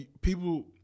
people